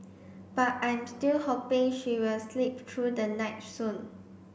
but I'm still hoping she will sleep through the night soon